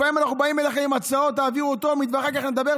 לפעמים אנחנו באים אליך עם הצעות: תעבירו בטרומית ואחר כך מדבר,